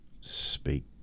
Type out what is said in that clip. speak